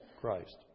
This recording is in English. Christ